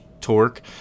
torque